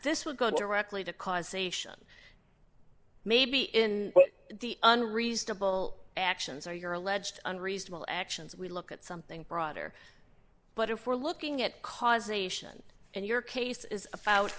this would go directly to causation maybe in the unreasonable actions or your alleged unreasonable actions we look at something broader but if we're looking at causation and your case is a